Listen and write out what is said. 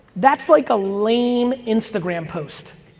that's like a lame instagram post.